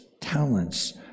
talents